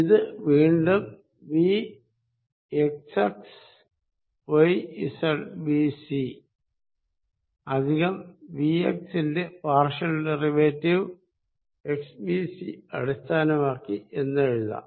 ഇത് വീണ്ടും vxxyzbc plus vx ന്റെ പാർഷ്യൽ ഡെറിവേറ്റീവ് xbc അടിസ്ഥാനമാക്കി എന്ന് എഴുതാം